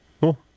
Cool